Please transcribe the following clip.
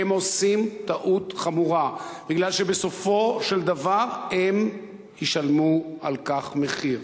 הם עושים טעות חמורה מכיוון שבסופו של דבר הם ישלמו על כך מחיר.